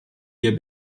ihr